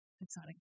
exciting